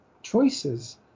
choices